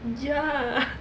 ya